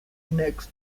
next